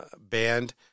band